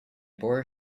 borrow